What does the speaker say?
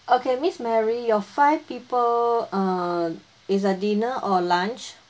okay miss mary your five people uh is uh dinner or lunch